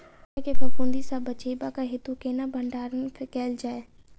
धनिया केँ फफूंदी सऽ बचेबाक हेतु केना भण्डारण कैल जाए?